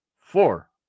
four